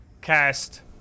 cast